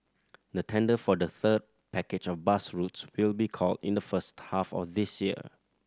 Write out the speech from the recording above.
the tender for the third package of bus routes will be called in the first half of this year